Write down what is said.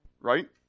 right